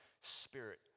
spirit